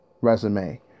resume